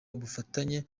ubufatanye